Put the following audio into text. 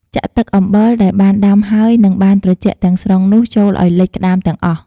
ចាក់ទឹកអំបិលដែលបានដាំហើយ និងបានត្រជាក់ទាំងស្រុងនោះចូលឲ្យលិចក្ដាមទាំងអស់។